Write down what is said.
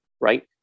right